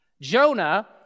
Jonah